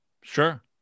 Sure